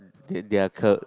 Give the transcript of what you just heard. they they are